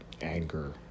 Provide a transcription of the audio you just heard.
anger